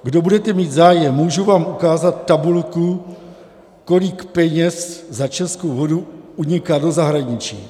Kdo budete mít zájem, můžu vám ukázat tabulku, kolik peněz za českou vodu uniká do zahraničí.